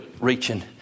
reaching